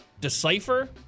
decipher